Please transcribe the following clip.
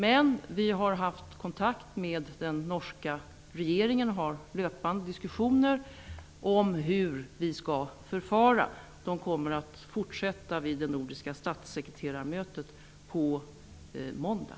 Men vi har haft kontakt med den norska regeringen och för löpande diskussioner om hur vi skall förfara. De kommer att fortsätta vid det nordiska statssekreterarmötet på måndag.